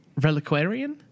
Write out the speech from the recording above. reliquarian